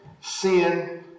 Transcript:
sin